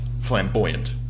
Flamboyant